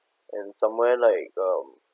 and somewhere like um